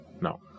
No